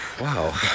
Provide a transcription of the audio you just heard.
Wow